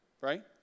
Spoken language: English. Right